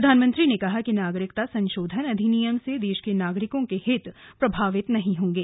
प्रधानमंत्री ने कहा कि नागरिकता संशोधन अधिनियम से देश के नागरिकों के हित प्रभावित नहीं होंगे